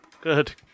Good